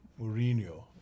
Mourinho